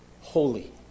Holy